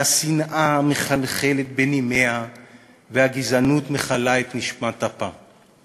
שהשנאה מחלחלת בנימיה והגזענות מכלה את נשמת אפה.